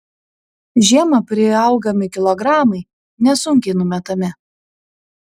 žiemą priaugami kilogramai nesunkiai numetami